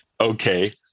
okay